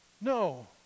No